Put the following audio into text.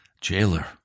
jailer